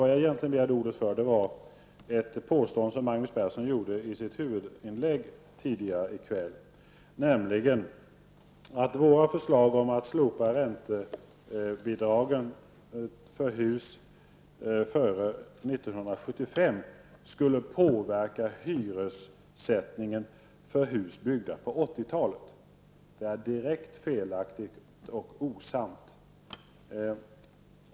Vad jag egentligen begärde ordet för var ett påstående som Magnus Persson gjorde i sitt huvudanförande tidigare i kväll, nämligen att våra förslag om att slopa räntebidragen för hus byggda före 1975 skulle påverka hyressättningen för hus byggda på 80-talet. Det är direkt felaktigt och osant.